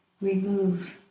remove